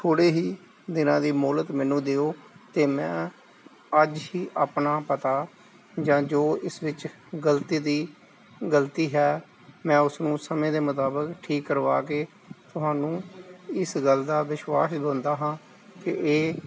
ਥੋੜੇ ਹੀ ਦਿਨਾਂ ਦੀ ਮੋਹਲਤ ਮੈਨੂੰ ਦਿਓ ਤੇ ਮੈਂ ਅੱਜ ਹੀ ਆਪਣਾ ਪਤਾ ਜਾਂ ਜੋ ਇਸ ਵਿੱਚ ਗਲਤੀ ਦੀ ਗਲਤੀ ਹੈ ਮੈਂ ਉਸ ਨੂੰ ਸਮੇਂ ਦੇ ਮੁਤਾਬਿਕ ਠੀਕ ਕਰਵਾ ਕੇ ਤੁਹਾਨੂੰ ਇਸ ਗੱਲ ਦਾ ਵਿਸ਼ਵਾਸ ਦਿੰਦਾ ਹਾਂ ਕਿ ਇਹ